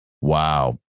Wow